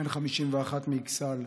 בן 51 מאכסאל,